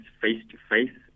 face-to-face